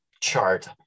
chart